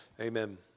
amen